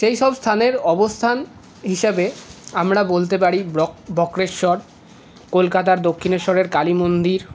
সেই সব স্থানের অবস্থান হিসাবে আমরা বলতে পারি বক্রেশ্বর কলকাতার দক্ষিণেশ্বরের কালীমন্দির